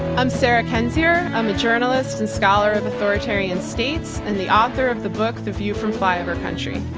i'm sarah kendzior. i'm a journalist and scholar of authoritarian states and the author of the book, the view from flyover country.